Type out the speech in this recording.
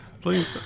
Please